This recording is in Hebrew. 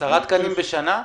10 תקנים בשנה,